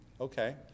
Okay